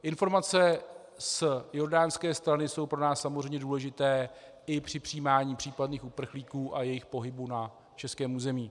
Informace z jordánské strany jsou pro nás samozřejmě důležité i při přijímání případných uprchlíků a jejich pohybu na českém území.